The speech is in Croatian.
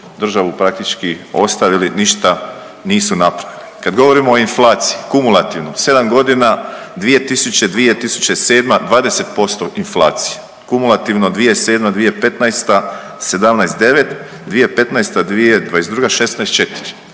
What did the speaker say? državu praktički ostavili, ništa nisu napravili. Kad govorimo o inflaciji kumulativno u 7.g. 2000.-2007. 20% inflacija, kumulativno 2007.-2015. 17,9, 2015.-2022. 16,4,